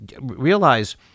realize